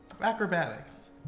Acrobatics